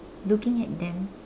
looking at them